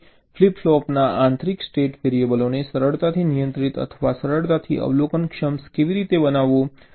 તેથી ફ્લિપ ફ્લોપના આ આંતરિક સ્ટેટ વેરિએબલોને સરળતાથી નિયંત્રિત અથવા સરળતાથી અવલોકનક્ષમ કેવી રીતે બનાવવું